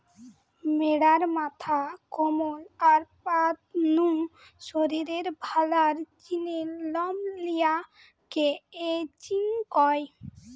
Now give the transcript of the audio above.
ম্যাড়ার মাথা, কমর, আর পা নু শরীরের ভালার জিনে লম লিয়া কে ক্রচিং কয়